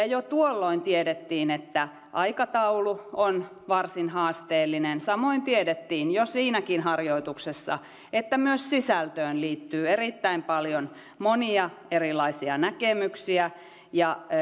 jo tuolloin tiedettiin että aikataulu on varsin haasteellinen samoin tiedettiin jo siinäkin harjoituksessa että myös sisältöön liittyy erittäin paljon monia erilaisia näkemyksiä ja